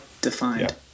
defined